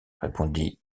répondit